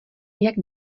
jak